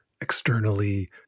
externally